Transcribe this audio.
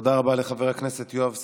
תודה רבה לחבר הכנסת יואב סגלוביץ'.